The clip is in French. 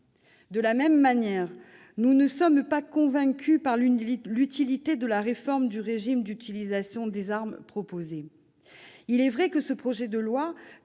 De la même manière, nous ne sommes pas convaincus par l'utilité de la réforme proposée du régime d'utilisation des armes. Il est vrai que ce projet de loi